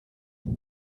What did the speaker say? mir